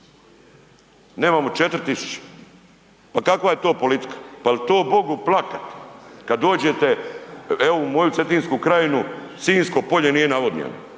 Nemamo 4 tisuće. Pa kakva je to politika? Pa je li to Bogu plakati kad dođete, evo u moju Cetinsku krajinu, Sinjsko polje nije navodnjeno?